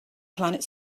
planet